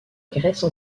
grèce